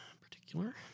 particular